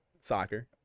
soccer